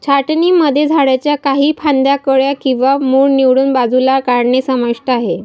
छाटणीमध्ये झाडांच्या काही फांद्या, कळ्या किंवा मूळ निवडून बाजूला काढणे समाविष्ट आहे